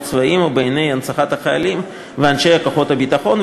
צבאיים ובענייני הנצחת חיילים ואנשי כוחות הביטחון,